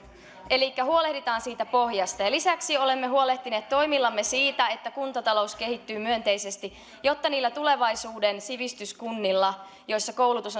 elikkä huolehditaan siitä pohjasta lisäksi olemme huolehtineet toimillamme siitä että kuntatalous kehittyy myönteisesti jotta niillä tulevaisuuden sivistyskunnilla joissa koulutus